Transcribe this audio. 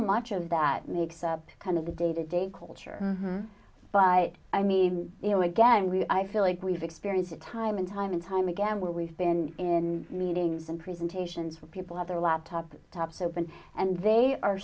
much of that makes up kind of the day to day culture but i i mean you know again we i feel like we've experienced time and time and time again where we've been in meetings and presentations where people have their laptop tops open and they are